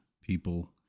people